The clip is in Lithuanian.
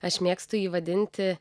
aš mėgstu jį vadinti